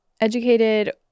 educated